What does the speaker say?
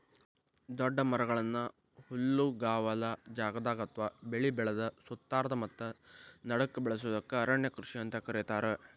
ದೊಡ್ಡ ಮರಗಳನ್ನ ಹುಲ್ಲುಗಾವಲ ಜಗದಾಗ ಅತ್ವಾ ಬೆಳಿ ಬೆಳದ ಸುತ್ತಾರದ ಮತ್ತ ನಡಕ್ಕ ಬೆಳಸೋದಕ್ಕ ಅರಣ್ಯ ಕೃಷಿ ಅಂತ ಕರೇತಾರ